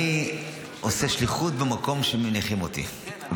אני עושה שליחות במקום שמניחים אותי,